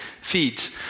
Feeds